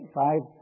five